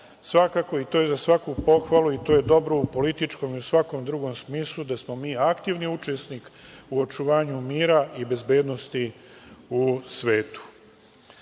u tom pogledu. Za pohvalu je i to je dobro u političkom i u svakom drugom smislu da smo aktivni učesnik u očuvanju mira i bezbednosti u svetu. Ono